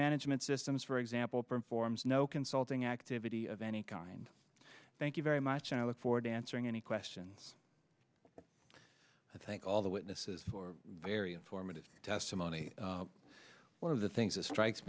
management systems for example performs no consulting activity of any kind thank you very much and i look forward to answering any questions i thank all the witnesses very informative testimony one of the things that strikes